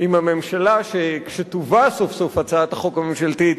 עם הממשלה שכשתובא סוף-סוף הצעת החוק הממשלתית,